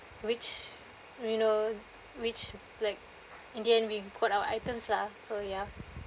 which you know which like in the end we got out items lah so ya